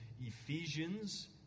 Ephesians